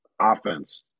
Offense